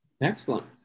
Excellent